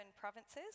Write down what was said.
provinces